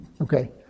Okay